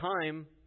time